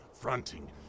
fronting